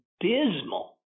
abysmal